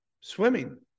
swimming